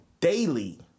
daily